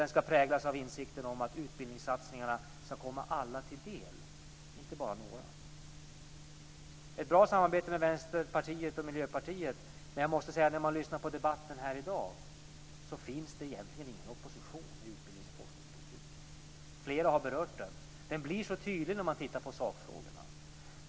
Den ska präglas av insikten om att utbildningssatsningarna ska komma alla till del - inte bara några. Vi har haft ett bra samarbete med Vänsterpartiet och Miljöpartiet. När jag lyssnar på debatten här i dag måste jag säga att det egentligen inte finns någon opposition i utbildnings och forskningspolitiken. Flera har berört det. Det blir så tydligt när man tittar på sakfrågorna.